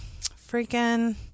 freaking